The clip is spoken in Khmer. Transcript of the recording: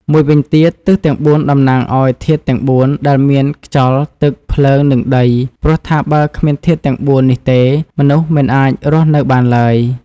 មួយវិញទៀតទិសទាំង៤ តំណាងឱ្យធាតុទាំង៤ ដែលមានខ្យល់ ទឹក ភ្លើង និងដី ព្រោះថាបើគ្មានធាតុទាំង ៤នេះទេ មនុស្សមិនអាចរស់នៅបានឡើយ ។